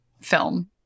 film